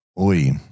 oi